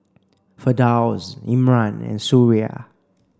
Firdaus Imran and Suria